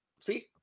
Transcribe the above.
See